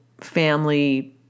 family